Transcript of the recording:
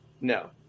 no